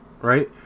Right